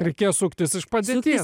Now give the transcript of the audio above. reikės suktis išpažinties